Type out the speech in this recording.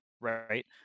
right